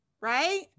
right